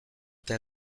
eta